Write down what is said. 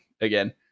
again